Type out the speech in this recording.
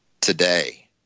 today